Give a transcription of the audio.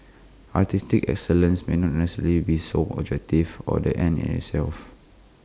artistic excellence may not necessarily be sole objective or the end in itself